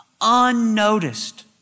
unnoticed